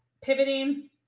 pivoting